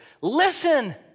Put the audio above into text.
Listen